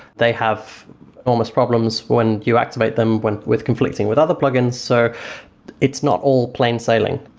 they have enormous problems when you activate them when with conflicting with other plugins. so it's not all plain sailing.